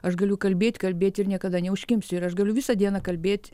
aš galiu kalbėt kalbėti ir niekada neužkimsiu ir aš galiu visą dieną kalbėt